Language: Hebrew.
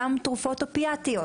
גם תרופות אופיאטיות.